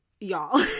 y'all